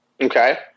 Okay